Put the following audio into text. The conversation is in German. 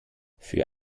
für